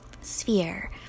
sphere